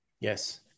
Yes